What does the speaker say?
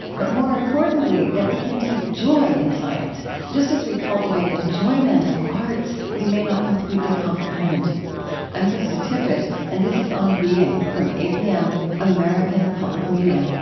but more importantly that we can, should take joy in science just as we cultivate enjoyment of arts we may not completely comprehend i'm krista tippett. and this is on being, from apm, american public media